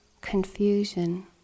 confusion